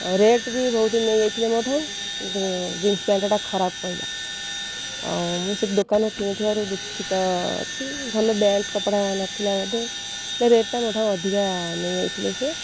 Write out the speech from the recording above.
rate ବି ବହୁତ ନେଇଯାଇଥିଲେ ମୋ ଠାରୁ ଜିନ୍ସ ପ୍ୟାଣ୍ଟଟା ଖରାପ ପଇଲା ଆଉ ମୁଁ ସେ ଦୋକାନରୁ କିଣିଥିବାରୁ ଦୁଃଖିତ ଅଛି ଭଲ ବ୍ରାଣ୍ଡ କପଡ଼ା ନଥିଲା ବୋଧେ ହେଲେ ରେଟ୍ଟା ମୋ ଠାରୁ ଅଧିକା ନେଇଯାଇଥିଲେ ସେ